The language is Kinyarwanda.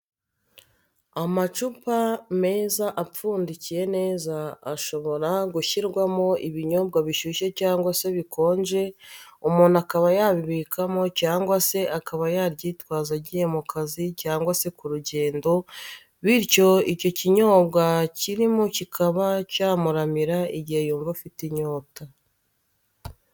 Amacupa meza apfundikiye neza ashobora gushyirwamo ibinyobwa bishyushye cyangwa se bikonje umuntu akaba yabibikamo cyangwa se akaba yaryitwaza agiye mu kazi cyangwa se ku rugendo, bityo icyo kinyobwa kirimo kikaba cyamuramira igihe yumva afite inyota.